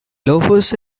loafers